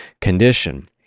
condition